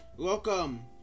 Welcome